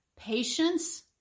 patience